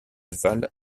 valle